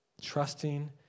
Trusting